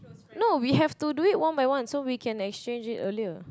no we have to do it one by one so we can exchange it earlier